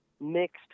Mixed